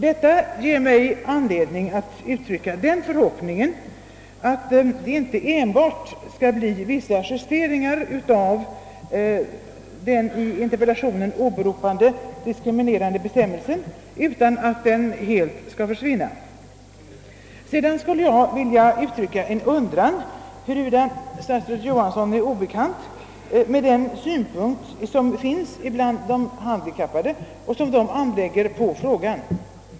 Detta ger mig anledning att uttrycka den förhoppningen, att det inte enbart skall bli vissa justeringar av den i interpellationen åberopade diskriminerande bestämmelsen, utan att den helt skall försvinna. Sedan skulle jag vilja uttrycka en undran huruvida statsrådet Johansson är obekant med den synpunkt som finns ibland de handikappade och som de anlägger på frågan.